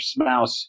Smouse